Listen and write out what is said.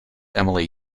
emily